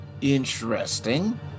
Interesting